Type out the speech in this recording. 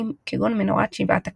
קדושה וקריאת התורה,